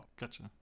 gotcha